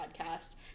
podcast